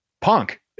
Punk